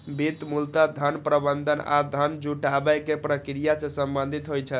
वित्त मूलतः धन प्रबंधन आ धन जुटाबै के प्रक्रिया सं संबंधित होइ छै